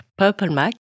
PurpleMac